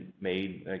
made